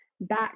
back